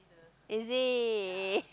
is it